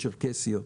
צ'רקסיות.